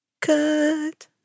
Cut